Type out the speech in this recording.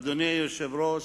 אדוני היושב-ראש,